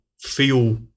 feel